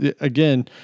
again